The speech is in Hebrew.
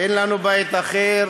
אין לנו בית אחר,